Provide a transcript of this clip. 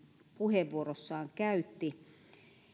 puheenvuorossaan käytti